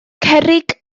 cerrig